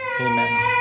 Amen